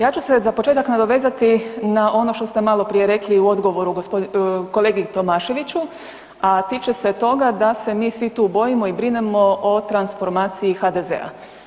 Ja ću se za početak nadovezati na ono što se maloprije rekli u odgovoru kolegi Tomaševiću, a tiče se toga da se mi svi tu bojimo i brinemo o transformaciji HDZ-a.